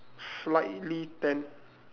slightly tan